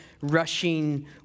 rushing